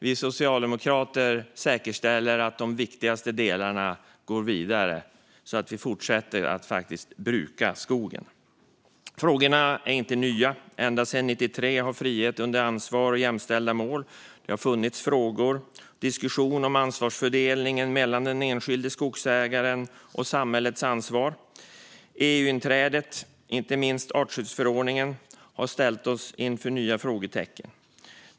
Vi socialdemokrater säkerställer att de viktigaste delarna går vidare, så att vi faktiskt fortsätter att bruka skogen. Frågorna är inte nya. Ända sedan 1993 har vi haft frågorna om frihet under ansvar och jämställda mål. Det har funnits frågor och diskussioner om ansvarsfördelningen mellan den enskilde skogsägaren och samhället. EU-inträdet och inte minst artskyddsförordningen har ställt oss inför nya frågetecken.